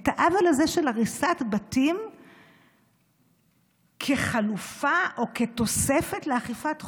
את העוול הזה של הריסת בתים כחלופה או כתוספת לאכיפת חוק.